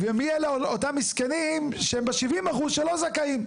ומיהם אותם מסכנים שהם ב-70% שלא זכאים.